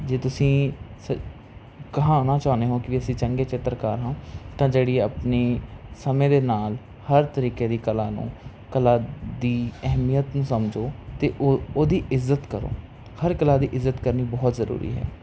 ਜੇ ਤੁਸੀਂ ਸ ਕਹਾਉਣਾ ਚਾਹੁੰਦੇ ਹੋ ਕਿ ਵੀ ਅਸੀਂ ਚੰਗੇ ਚਿੱਤਰਕਾਰ ਹਾਂ ਤਾਂ ਜਿਹੜੀ ਆਪਣੀ ਸਮੇਂ ਦੇ ਨਾਲ ਹਰ ਤਰੀਕੇ ਦੀ ਕਲਾ ਨੂੰ ਕਲਾ ਦੀ ਅਹਿਮੀਅਤ ਨੂੰ ਸਮਝੋ ਅਤੇ ਉਹ ਉਹਦੀ ਇੱਜ਼ਤ ਕਰੋ ਹਰ ਕਲਾ ਦੀ ਇੱਜ਼ਤ ਕਰਨੀ ਬਹੁਤ ਜ਼ਰੂਰੀ ਹੈ